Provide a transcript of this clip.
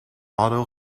otto